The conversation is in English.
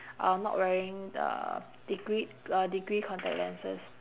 uh not wearing uh degreed uh degree contact lenses